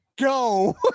go